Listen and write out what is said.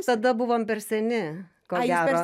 tada buvom per seni ko gero